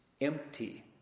empty